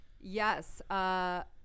yes